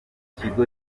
kigo